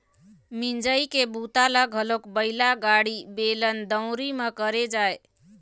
मिंजई के बूता ल घलोक बइला गाड़ी, बेलन, दउंरी म करे जाए